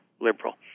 liberal